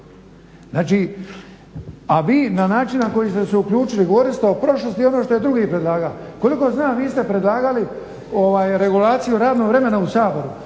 Znači, a vi na način na koji ste se uključili govorili ste o prošlosti i ono što je drugi predlagao. Koliko znam vi ste predlagali regulaciju radnog vremena u Saboru,